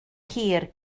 hir